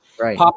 Right